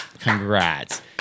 Congrats